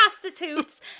prostitutes